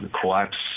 collapse